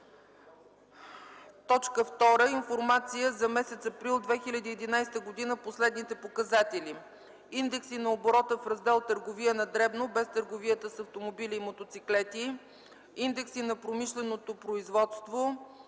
време. 2. Информации за м. април 2011 г. по следните показатели: индекси на оборота в Раздел „Търговия на дребно” без търговията с автомобили и мотоциклети; индекси на промишленото производство;